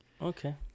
Okay